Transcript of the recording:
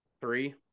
three